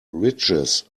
riches